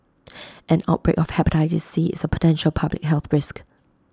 an outbreak of Hepatitis C is A potential public health risk